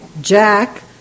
Jack